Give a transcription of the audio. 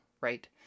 right